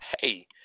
hey